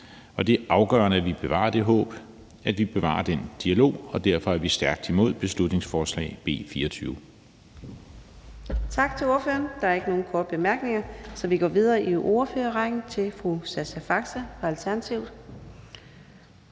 Det er afgørende, at vi bevarer det håb, og at vi bevarer den dialog, og derfor er vi stærkt imod beslutningsforslag nr. B 24. Kl. 16:13 Fjerde næstformand (Karina Adsbøl): Tak til ordføreren. Der er ikke nogen korte bemærkninger, så vi går videre i ordførerrækken til fru Sascha Faxe fra Alternativet